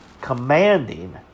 commanding